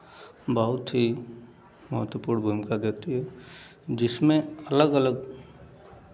बहुत ही महत्वपूर्ण भूमिका देती है जिसमें अलग अलग